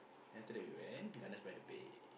then after that we went Gardens-by-the-Bay